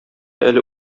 әле